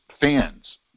fans